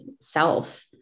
self